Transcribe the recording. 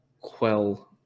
quell